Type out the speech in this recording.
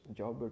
job